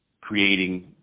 creating